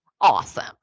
awesome